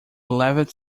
eleventh